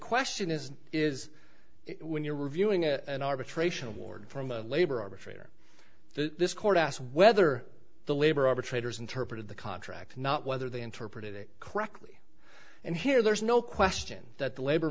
question is is when you're reviewing it an arbitration award from a labor arbitrator this court asks whether the labor arbitrators interpreted the contract not whether they interpret it correctly and here there's no question that the labor